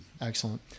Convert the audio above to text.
Excellent